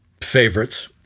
favorites